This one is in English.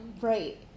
Right